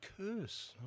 curse